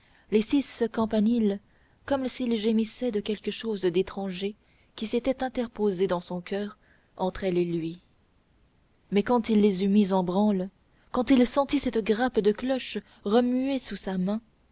les six campaniles comme s'il gémissait de quelque chose d'étranger qui s'était interposé dans son coeur entre elles et lui mais quand il les eut mises en branle quand il sentit cette grappe de cloches remuer sous sa main